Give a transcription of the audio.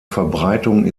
verbreitung